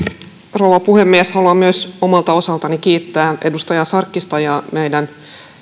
rouva puhemies haluan myös omalta osaltani kiittää edustaja sarkkista ja meidän